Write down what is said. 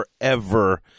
forever